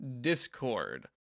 discord